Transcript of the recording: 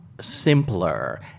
simpler